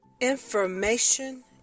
Information